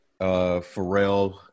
Pharrell